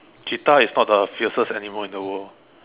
cheetah is not the fiercest animal in the world